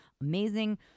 amazing